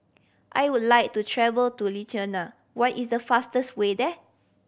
I would like to travel to Lithuania what is the fastest way there